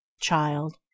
child